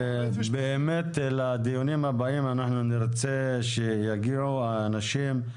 לדיונים הבאים נרצה שיגיעו האנשים.